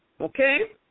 okay